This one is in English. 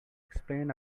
explain